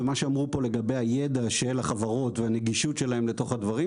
מה שאמרו פה לגבי הידע של החברות והנגישות שלהן לתוך הדברים,